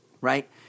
right